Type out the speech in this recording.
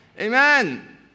Amen